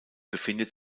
befindet